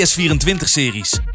S24-series